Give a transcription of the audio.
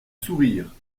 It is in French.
sourire